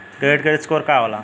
Credit score का होला?